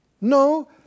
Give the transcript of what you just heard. No